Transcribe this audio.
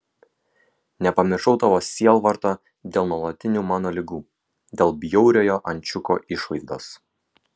nepamiršau tavo sielvarto dėl nuolatinių mano ligų dėl bjauriojo ančiuko išvaizdos